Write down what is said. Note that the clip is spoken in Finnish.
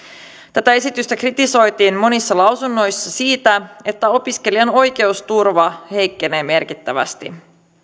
tätä esitystä kritisoitiin monissa lausunnoissa siitä että opiskelijan oikeusturva heikkenee merkittävästi